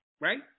Right